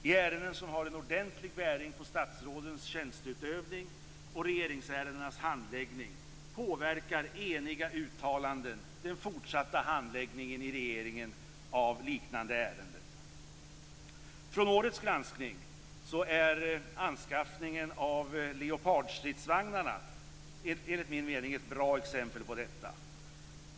I ärenden som har en ordentlig bäring på statsrådens tjänsteutövning och regeringsärendenas handläggning påverkar eniga uttalanden den fortsatta handläggningen i regeringen av liknande ärenden. Från årets granskning är anskaffningen av Leopardstridsvagnarna enligt min mening ett bra exempel på detta.